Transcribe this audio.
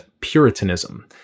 puritanism